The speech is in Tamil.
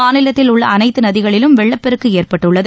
மாநிலத்தில் உள்ள அனைத்து நதிகளிலும் வெள்ளப்பெருக்கு ஏற்பட்டுள்ளது